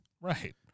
Right